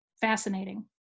Fascinating